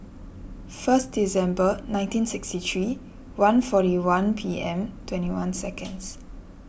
first December nineteen sixty three one forty one P M twenty one seconds